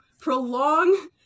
prolong